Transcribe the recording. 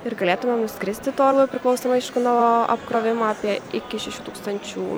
ir galėtumėm nuskristi tuo orlaiviu priklausomai aišku nuo apkrovimo apie iki šešių tūkstančių